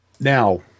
Now